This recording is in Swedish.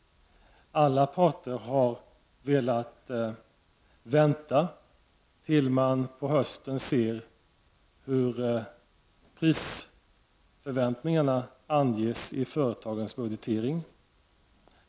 Alla parter har velat vänta tills man på hösten ser hur prisförväntningarna anges i företagens budgetering.